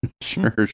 Sure